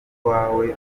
uwawe